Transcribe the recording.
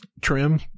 trim